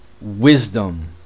wisdom